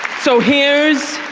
so here's